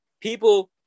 people